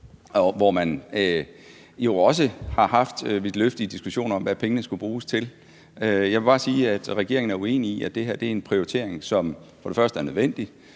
man har jo også tidligere haft vidtløftige diskussioner om, hvad pengene skulle bruges til. Jeg vil bare sige, at regeringen er uenig i, at det her er en prioritering, som for det første er nødvendig